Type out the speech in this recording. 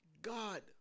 God